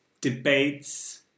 debates